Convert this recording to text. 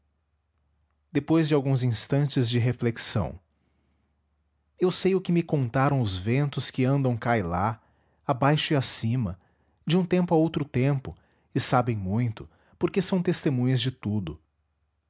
instantes de reflexão eu sei o que me contaram os ventos que andam cá e lá abaixo e acima de um tempo a outro tempo e sabem muito porque são testemunhas de tudo